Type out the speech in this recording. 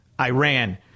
Iran